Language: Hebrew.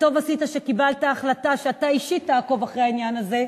וטוב עשית שקיבלת החלטה שאתה אישית תעקוב אחרי העניין הזה,